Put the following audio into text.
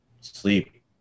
sleep